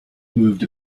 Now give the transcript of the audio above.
moved